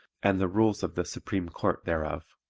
and the rules of the supreme court thereof,